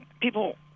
people